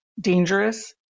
dangerous